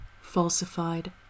falsified